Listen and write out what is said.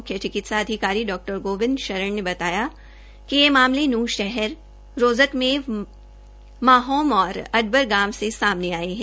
मुख्य चिकित्सा अधिकारी डॉ गोबिंद शरण ने बताया कि ये मामले नूहं शहर रोजकमेव माहौम और अडबर गांव से सामने आये है